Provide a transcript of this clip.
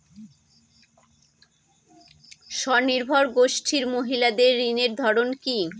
স্বনির্ভর গোষ্ঠীর মহিলাদের ঋণের ধরন কি?